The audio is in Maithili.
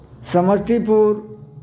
समस्तीपुर